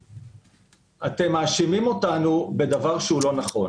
אתם מאשימים אותנו בדבר שהוא לא נכון.